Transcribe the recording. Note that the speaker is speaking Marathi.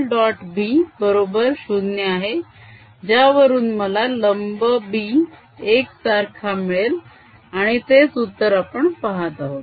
b बरोबर 0 आहे ज्यावरून मला लंब b एकसारखा मिळेल आणि तेच उत्तर आपण पाहत आहोत